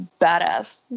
badass